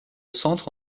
centre